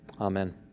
amen